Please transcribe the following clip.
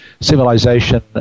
civilization